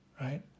right